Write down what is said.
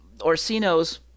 Orsino's